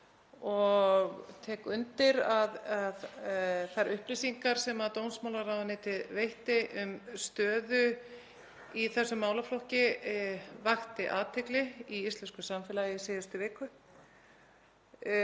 og tek undir að þær upplýsingar sem dómsmálaráðuneytið veitti um stöðu í þessum málaflokki vöktu athygli í íslensku samfélagi í síðustu viku.